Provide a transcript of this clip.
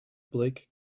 blake